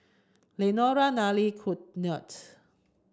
Lenora Nelie Knute